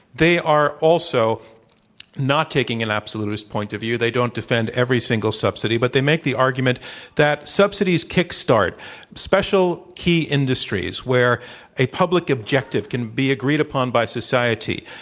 they are also not taking an absolutis t point of view. they don't defend every single subsidy, but they make the argument that subsidies kick start special key industries where a public objective can be agreed upon by society,